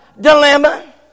dilemma